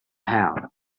hell